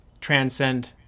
transcend